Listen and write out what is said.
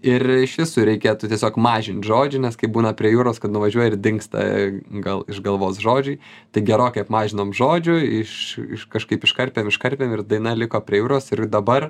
ir iš visų reikėtų tiesiog mažint žodžių nes kai būna prie jūros kad nuvažiuoji ir dingsta gal iš galvos žodžiai tai gerokai apmažinom žodžių iš iš kažkaip iškarpėm iškarpėm ir daina liko prie jūros ir dabar